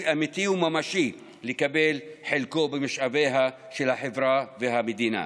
אמיתי וממשי לקבל את חלקו במשאביה של החברה והמדינה,